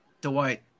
Dwight